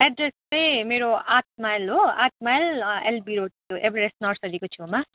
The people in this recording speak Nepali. एड्रेस चाहिँ मेरो आठ माइल हो आठ माइल एलबी रोड एड्रेस नर्सरीको छेउमा